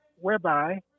whereby